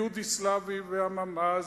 מאודי סלבי והממ"ז,